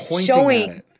showing